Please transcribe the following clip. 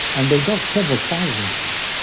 and they got several thousand um of them,